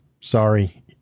Sorry